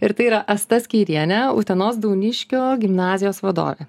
ir tai yra asta skeiriene utenos dauniškio gimnazijos vadovė